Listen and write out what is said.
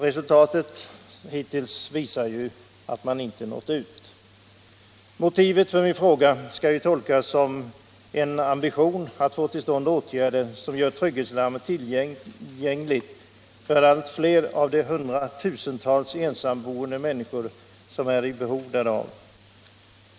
Resultatet hittills visar att man inte nått ut. Motivet för min fråga är en ambition att få till stånd åtgärder som gör trygghetslarmet tillgängligt för allt fler av de hundratusentals ensamboende människor som är i behov därav.